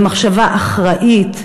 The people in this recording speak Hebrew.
במחשבה אחראית,